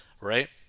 right